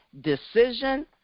decision